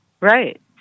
Right